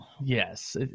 Yes